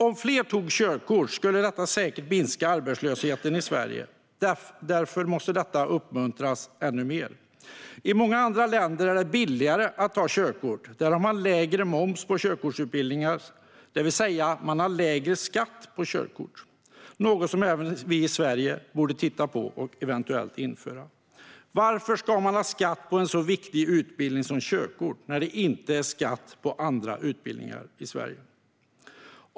Om fler tog körkort skulle det säkert minska arbetslösheten i Sverige, och därför måste detta uppmuntras ännu mer. I många andra länder är det billigare att ta körkort eftersom man har lägre moms på körkortsutbildningar. Man har alltså lägre skatt på körkort, något som även vi i Sverige borde titta på och eventuellt införa. Varför ska man ha skatt på en så viktig utbildning som körkortsutbildningen, när det inte är skatt på andra utbildningar i Sverige?